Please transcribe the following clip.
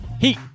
Heat